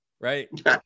right